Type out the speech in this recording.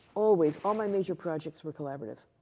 always, all my major projects were collaborative.